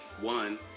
one